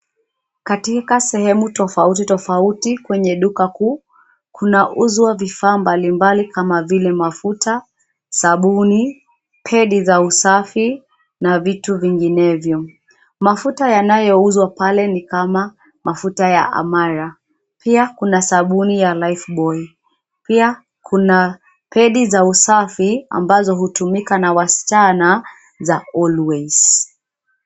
Katika sehemu tofauti tofauti kwenye duka kuu, kuna uzwa vifaa mbalimbali kama vile mafuta, sabuni, pedi za usafi na vitu vinginevyo. Mafuta yanayouzwa pale ni kama, mafuta ya Amara, pia kuna sabuni ya Lifebuoy, pia kuna pedi za usafi ambazo hutumika na wasichana za Always.